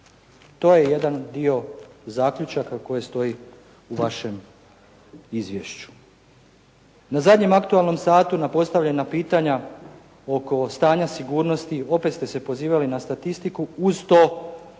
To je jedan dio zaključaka koje stoji u vašem izvješću. Na zadnjem aktualnom satu na postavljena pitanja oko stanja sigurnosti opet ste se pozivali na statistiku uz to